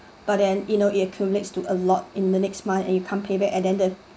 but then you know it accumulates to a lot in the next month and you can't pay back and then the